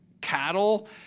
cattle